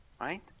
right